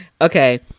Okay